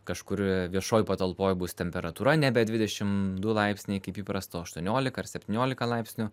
kažkur viešoj patalpoj bus temperatūra nebe dvidešim du laipsniai kaip įprasta o aštuoniolika ar septyniolika laipsnių